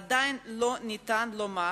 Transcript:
עדיין לא ניתן לומר